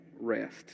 rest